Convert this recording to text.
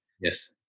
Yes